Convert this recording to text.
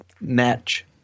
match